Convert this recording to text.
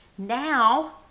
Now